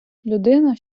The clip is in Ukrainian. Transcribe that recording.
людина